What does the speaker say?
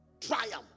triumph